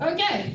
Okay